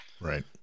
right